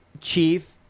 Chief